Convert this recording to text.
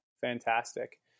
Fantastic